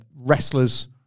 Wrestlers